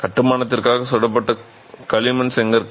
கட்டுமானத்திற்காக சுடப்பட்ட களிமண் செங்கற்கள்